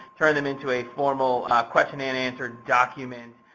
turn them into a formal question and answer document.